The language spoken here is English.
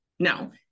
Now